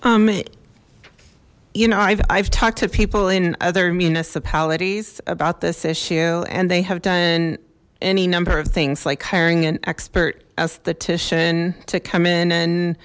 um you know i've talked to people in other municipalities about this issue and they have done any number of things like hiring an expert aesthetician to come in and